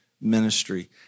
ministry